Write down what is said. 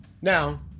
Now